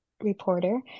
reporter